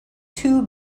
two